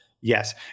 Yes